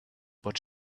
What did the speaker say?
but